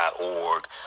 org